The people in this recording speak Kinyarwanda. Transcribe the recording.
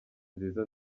nziza